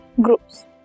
groups